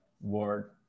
word